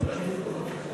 צדקנו במהרה בימינו,